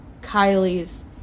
kylie's